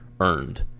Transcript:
earned